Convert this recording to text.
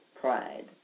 pride